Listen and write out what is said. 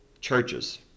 churches